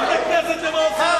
מה אתה?